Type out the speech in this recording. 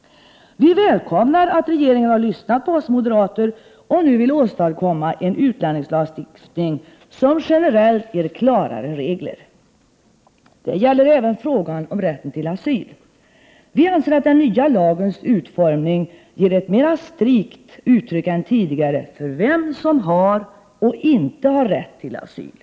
Vi välkomnar att regeringen har lyssnat på oss moderater och nu vill åstadkomma en utlänningslagstiftning som generellt ger klarare regler. Det gäller även frågan om rätten till asyl. Vi anser att den nya lagens utformning Har man någon som helst kännedom om människor och vård av Äh nineslak: | LON AS människor, har man för länge sedan insett detta och har kunnat ställa upp på ger ett mera strikt uttryck än tidigare för vem som har och inte har rätt till Prot. 1988/89:125 asyl.